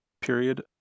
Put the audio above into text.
period